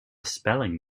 spelling